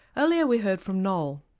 earlier we heard from noel.